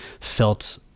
felt